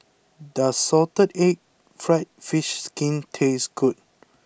does Salted Egg Fried Fish Skin taste good